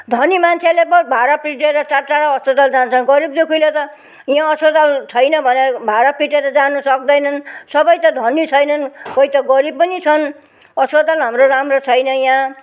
धनी मान्छेले पो भारा पिटेर टाढा टाढा अस्पताल जान्छ गरिबदुखीले त यो अस्तपताल छैन भनेर भारा पिटेर जानु सक्दैनन् सबै त धनी छैनन् कोही त गरिब पनि छन् अस्पताल हाम्रो राम्रै छैन यहाँ